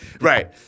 Right